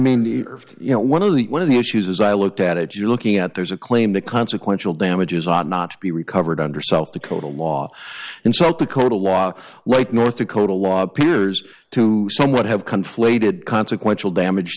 the you know one of the one of the issues as i looked at it you're looking at there is a claim that consequential damages ought not be recovered under south dakota law in south dakota law like north dakota law appears to somewhat have conflated consequential damage